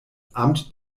amt